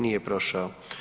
Nije prošao.